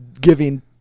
giving